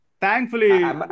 thankfully